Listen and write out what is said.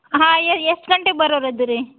ಹಾಂ ಎಷ್ಟು ಗಂಟೆಗೆ ಬರೋರು ಇದೀರಿ